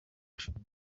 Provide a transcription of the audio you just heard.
bushinwa